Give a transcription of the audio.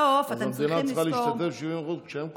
אז המדינה צריכה להשתתף 70% כשהם קובעים?